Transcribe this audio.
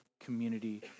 community